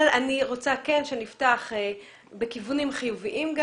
אני כן רוצה שנפתח בכיוונים חיוביים.